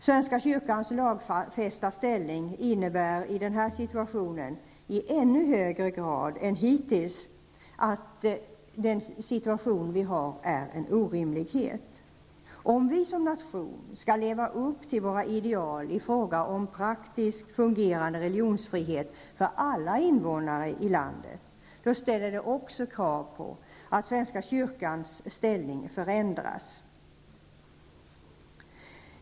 Svenska kyrkans lagfästa ställning innebär i denna situation i ännu högre grad än hittills att den situation som vi har är orimlig. Om vi som nation skall leva upp till våra ideal i fråga om en praktiskt fungerande religionsfrihet för alla invånare i landet, ställer detta också krav på att svenska kyrkans ställning förändras.